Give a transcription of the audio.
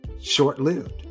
short-lived